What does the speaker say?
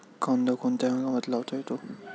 कांदा कोणत्या हंगामात लावता येतो?